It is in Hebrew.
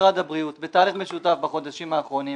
ומשרד הבריאות בתהליך משותף בחודשים האחרונים,